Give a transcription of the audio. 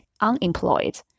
unemployed